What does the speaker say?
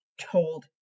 told